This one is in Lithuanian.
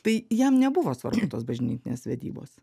tai jam nebuvo svarbu tos bažnytinės vedybos